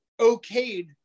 okayed